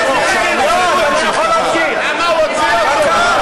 תבקש מג'מאל זחאלקה להשלים את דברו, אם יש לך כבוד